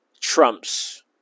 trumps